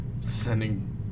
sending